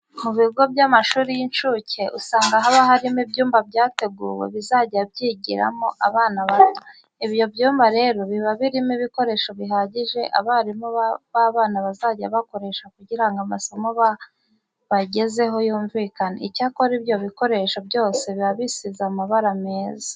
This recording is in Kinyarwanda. Mu bigo by'amashuri y'incuke usanga haba harimo ibyumba bateguye bizajya byigiramo abana bato. Ibyo byumba rero biba birimo ibikoresho bihagije abarimu baba bana bazajya bakoresha kugira ngo amasomo babagezaho yumvikane. Icyakora ibyo bikoresho byose biba bisize amabara meza.